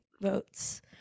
votes